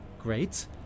great